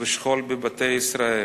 ושכול בבתי ישראל.